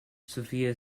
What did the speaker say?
sophia